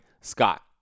Scott